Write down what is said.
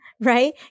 Right